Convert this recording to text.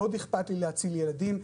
מאוד אכפת לי להציל ילדים,